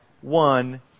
one